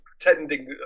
pretending